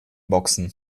boxen